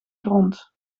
grond